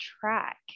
track